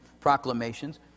proclamations